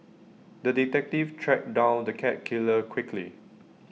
the detective tracked down the cat killer quickly